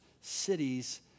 cities